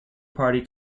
party